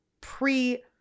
pre